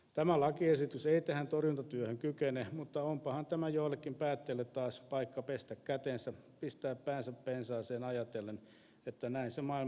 tämä lakiesitys ei tähän torjuntatyöhön kykene mutta onpahan tämä joillekin päättäjille taas paikka pestä kätensä pistää päänsä pensaaseen ajatellen että näin se maailma pelastuu